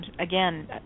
again